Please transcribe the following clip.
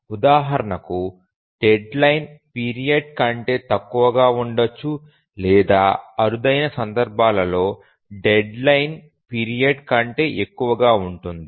ఉదాహరణకు deadline period కంటే తక్కువగా ఉండవచ్చు లేదా అరుదైన సందర్భాలలో డెడ్లైన్ పీరియడ్ కంటే ఎక్కువగా ఉంటుంది